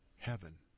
heaven